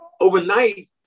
overnight